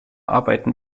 arbeiten